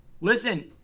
Listen